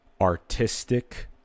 artistic